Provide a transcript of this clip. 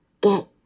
get